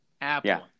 Apple